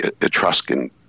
Etruscan